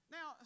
Now